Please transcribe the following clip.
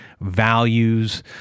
values